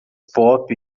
pop